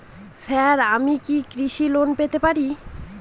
Sir আমি কি কৃষি লোন পেতে পারি?